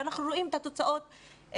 ואנחנו רואים את התוצאות בפועל.